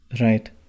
Right